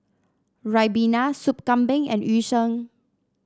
ribena Sup Kambing and Yu Sheng